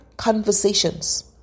conversations